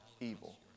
evil